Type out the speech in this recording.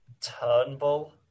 Turnbull